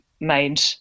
made